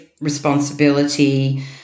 responsibility